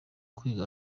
kwiga